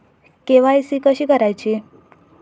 KYC कशी करायची?